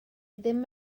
ddim